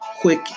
quick